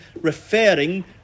referring